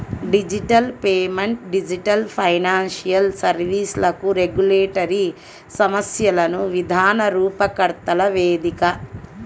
digital payment digital financial సర్వీస్లకు regulatory సమస్యలను విధాన రూపకర్తల వేదిక